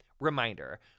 Reminder